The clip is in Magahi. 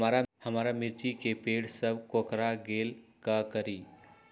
हमारा मिर्ची के पेड़ सब कोकरा गेल का करी?